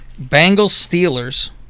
Bengals-Steelers